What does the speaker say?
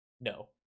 no